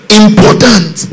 important